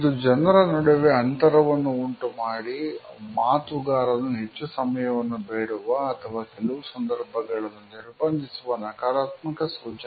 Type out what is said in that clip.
ಇದು ಜನರ ನಡುವೆ ಅಂತರವನ್ನು ಉಂಟುಮಾಡಿ ಮಾತುಗಾರನು ಹೆಚ್ಚು ಸಮಯವನ್ನು ಬೇಡುವ ಅಥವಾ ಕೆಲವು ಸಂದರ್ಭಗಳನ್ನು ನಿರ್ಬಂಧಿಸುವ ನಕಾರಾತ್ಮಕ ಸೂಚನೆ